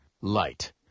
LIGHT